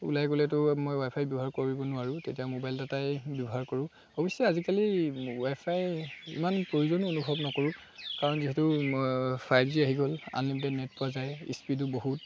ওলাই গ'লেতো মই ৱাই ফাই ব্যৱহাৰ কৰিব নোৱাৰোঁ তেতিয়া মোবাইল ডাটাই ব্যৱহাৰ কৰোঁ অৱশ্যে আজিকালি ৱাই ফাই ইমান প্ৰয়োজনো অনুভৱ নকৰোঁ কাৰণ যিহেতু ফাইভ জি আহি গ'ল আনলিমিটেড নেট পোৱা যায় স্পীডো বহুত